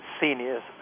seniors